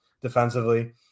defensively